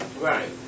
Right